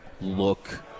Look